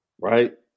Right